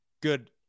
good